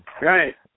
Right